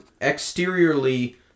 exteriorly